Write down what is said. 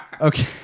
Okay